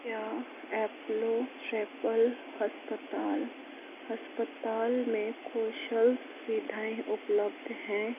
क्या एपलो स्ट्रेपल अस्पताल अस्पताल में कौशल सुविधाएं उपलब्ध हैं